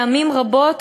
פעמים רבות,